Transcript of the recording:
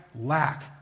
lack